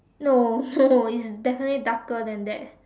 no no it's definitely darker than that